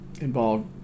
involved